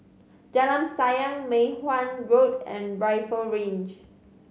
Jalan Sayang Mei Hwan Road and Rifle Range